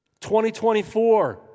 2024